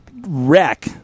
wreck